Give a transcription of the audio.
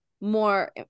more